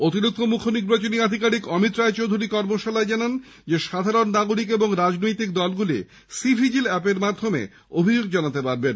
অতিরিক্ত মুখ্য নির্বাচনী আধিকারি অমিত রায়চৌধুরী কর্মশালায় জানান সাধারণ নাগরিক ও রাজনৈতিক দলগুলি সি ভিজিল অ্যাপের মাধ্যমে অভিযোগ জানাতে পারবেন